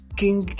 king